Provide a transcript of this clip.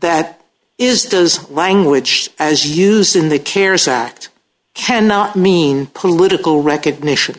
that is does language as used in that care sat cannot mean political recognition